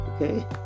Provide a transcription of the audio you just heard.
okay